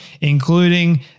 including